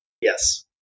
Yes